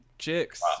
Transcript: chicks